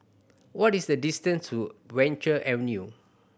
what is the distance to Venture Avenue